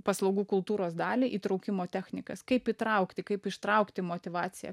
paslaugų kultūros dalį įtraukimo technikas kaip įtraukti kaip ištraukti motyvaciją